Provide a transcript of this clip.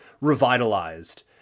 revitalized